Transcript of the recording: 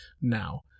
now